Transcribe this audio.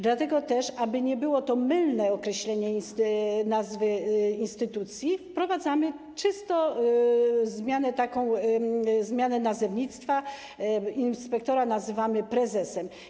Dlatego też, aby nie było to mylne określenie nazwy instytucji, wprowadzamy czystą zmianę nazewnictwa, inspektora nazywamy prezesem.